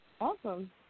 Awesome